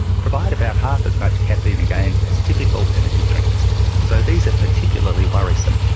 provide about half as much caffeine again as typical energy drinks so these are particularly worrisome.